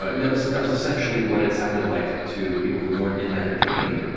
but that was that was essentially what it sounded like to to people who weren't in that game.